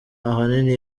ahanini